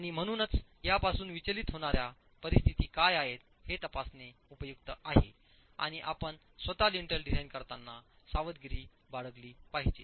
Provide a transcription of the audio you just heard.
आणि म्हणूनच यापासून विचलित होणाऱ्या परिस्थिती काय आहेत हे तपासणे उपयुक्त आहे आणि आपण स्वत लिंटल डिझाइन करताना सावधगिरी बाळगली पाहिजे